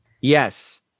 Yes